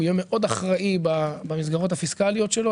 הוא יהיה מאוד אחראי במסגרות הפיסקליות שלו.